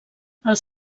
els